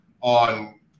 on